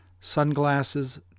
sunglasses